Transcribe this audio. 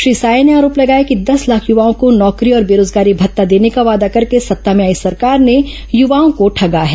श्री साय ने आरोप लगाया कि दस लाख युवाओँ को नौकरी और बेरोजगारी भत्ता देने का वादा करके सत्ता में आई सरकार ने युवाओं को ठगा है